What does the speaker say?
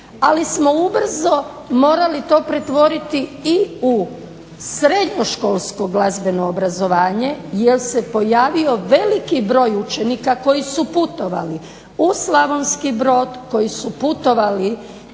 ali smo ubrzo morali to pretvoriti u srednjoškolsko glazbeno obrazovanje jer se pojavio veliki broj učenika koji su putovali u Slavonski Brod koji su putovali